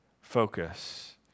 focus